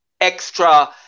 extra